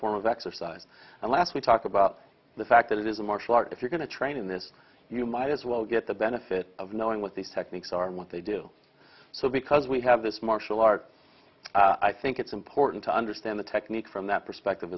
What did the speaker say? form of exercise and last we talked about the fact that it is a martial art if you're going to train in this you might as well get the benefit of knowing what these techniques are and what they do so because we have this martial arts i think it's important to understand the technique from that perspective